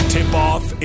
Tip-off